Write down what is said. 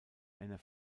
einer